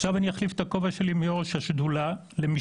עכשיו אחליף את הכובע שלי מראש השדולה למי